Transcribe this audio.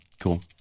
Cool